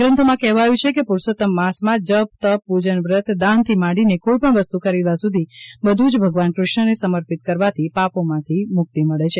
ગ્રંથોમાં કહેવાયું છે કે પુરૂષોત્તમ માસમાં જપ તપ પૂજન વ્રત દાનથી માંડીને કોઈપણ વસ્તુ ખરીદવા સુધી બધુ જ ભગવાન કૃષ્ણને સમર્પિત કરવાથી પાપોમાંથી મુક્તિ મળે છે